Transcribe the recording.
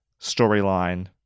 storyline